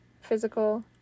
physical